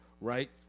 right